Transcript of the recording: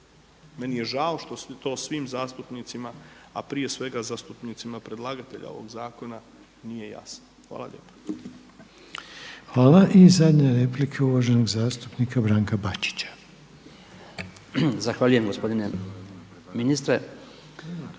Meni je žao što to svim zastupnicima, a prije svega zastupnicima predlagatelja ovog zakona nije jasno. Hvala lijepa. **Reiner, Željko (HDZ)** Hvala. I zadnja replika uvaženog zastupnika Branka Bačića. **Bačić, Branko